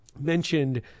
mentioned